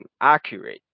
accurate